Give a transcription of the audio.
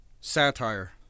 Satire